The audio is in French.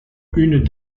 une